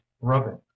rubbing